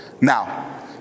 Now